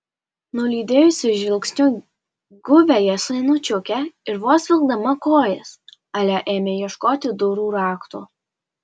nulydėjusi žvilgsniu guviąją senučiukę ir vos vilkdama kojas alia ėmė ieškoti durų rakto